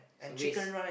it's a waste